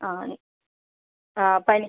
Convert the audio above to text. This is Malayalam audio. ആ ആ പനി